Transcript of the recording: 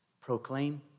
proclaim